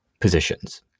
positions